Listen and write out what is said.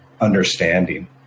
understanding